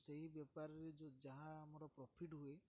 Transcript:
ସେ ବେପାରରେ ଯାହା